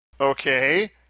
Okay